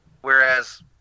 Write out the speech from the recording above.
whereas